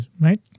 right